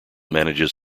manages